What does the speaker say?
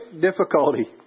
difficulty